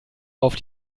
auf